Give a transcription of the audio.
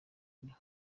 niho